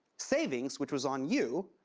savings, which was on you,